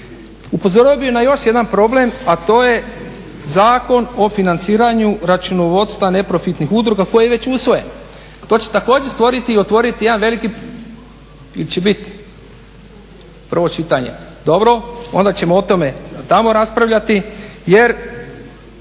Upozorio bih na još jedan problem, a to je Zakon o financiranju računovodstva neprofitnih udruga koji je već usvojen. to će također stvoriti i otvoriti jedan veliki ili će biti prvo čitanje, dobro, onda ćemo o tome tamo raspravljati jer